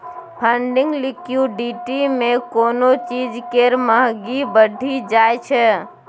funding liquidity मे कोनो चीज केर महंगी बढ़ि जाइ छै